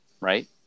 right